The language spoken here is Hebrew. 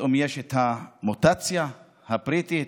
פתאום יש מוטציה בריטית,